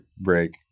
break